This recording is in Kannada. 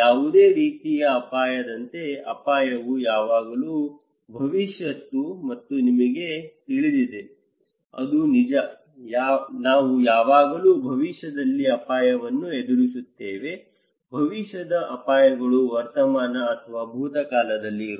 ಯಾವುದೇ ರೀತಿಯ ಅಪಾಯದಂತೆ ಅಪಾಯವು ಯಾವಾಗಲೂ ಭವಿಷ್ಯತ್ತು ಎಂದು ನಿಮಗೆ ತಿಳಿದಿದೆ ಅದು ನಿಜ ನಾವು ಯಾವಾಗಲೂ ಭವಿಷ್ಯದಲ್ಲಿ ಅಪಾಯವನ್ನು ಎದುರಿಸುತ್ತೇವೆ ಭವಿಷ್ಯದ ಅಪಾಯಗಳು ವರ್ತಮಾನ ಅಥವಾ ಭೂತಕಾಲದಲ್ಲಿ ಇರುವುದಿಲ್ಲ